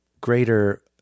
greater